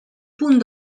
punt